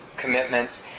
commitments